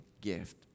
gift